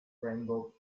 rainbow